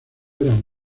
eran